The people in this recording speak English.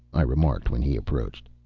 i remarked when he approached.